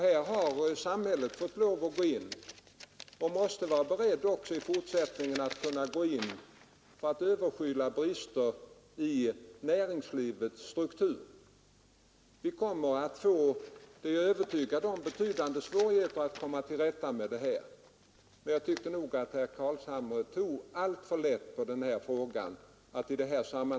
Här har samhället måst gå in, och man måste vara beredd också i fortsättningen att gå in för att överskyla brister i näringslivets struktur. Vi kommer — det är jag övertygad om — att få betydande svårigheter att komma till rätta med problemen. Jag tyckte nog att herr Carlshamre tog alltför lätt på frågan.